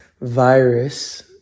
virus